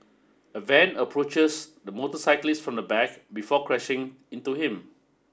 a van approaches the motorcyclist from the back before crashing into him